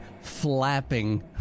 Flapping